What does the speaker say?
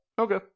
Okay